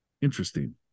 Interesting